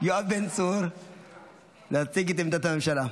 יואב בן צור להציג את עמדת הממשלה.